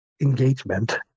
engagement